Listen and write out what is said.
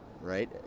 right